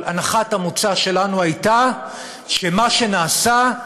אבל הנחת המוצא שלנו הייתה שמה שנעשה,